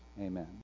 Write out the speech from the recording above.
amen